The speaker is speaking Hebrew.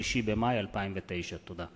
3 במאי 2009. תודה.